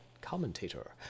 commentator